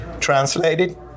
translated